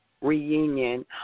reunion